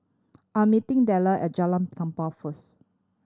I'm meeting Dellar at Jalan Tampang first